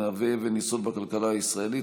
המהווה אבן יסוד בכלכלה הישראלית.